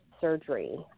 surgery